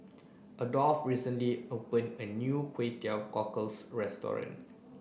Adolf recently opened a new Kway Teow Cockles Restaurant